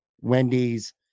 Wendy's